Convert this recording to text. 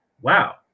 wow